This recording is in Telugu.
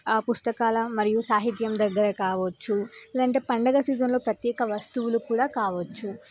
పుస్తకాల మరియు సాహిత్యం దగ్గర కావచ్చు లేదంటే పండుగ సీజన్లో ప్రత్యేక వస్తువులు కూడా కావచ్చు